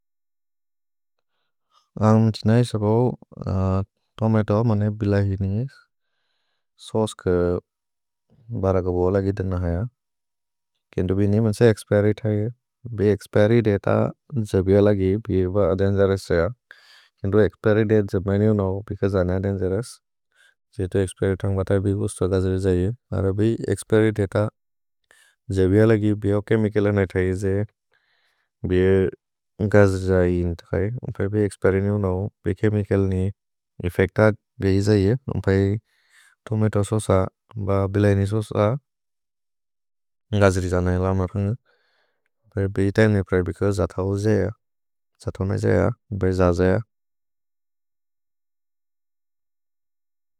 आम् तिन इस बौ तोमतो मने बिलहिनि इस्। सोस्क् बरग् बोल गित न है। केन्दु बिने मन्से क्स्पेरित् है। भि क्स्पेरि दत जबि अलगि बि ब दन्जरस् है। केन्दु क्स्पेरि दत जबैनु नौ, बिक जन दन्जरस्। जे तो क्स्पेरि तन्ग् बत बि उस्त गजरि जै। अर बि क्स्पेरि दत जबि अलगि बि ओ केमिकिल नै जै। भि गजरि जै। भि क्स्पेरि नौ, बि केमिकिल नै। एफेक्त बि जै। तोमतो सोस ब बिलहिनि सोस। गजरि जन इल। भि इतने प्रए बिक जत उजेअ। जतो न उजेअ।